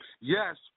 Yes